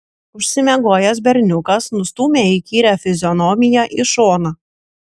užsimiegojęs berniukas nustūmė įkyrią fizionomiją į šoną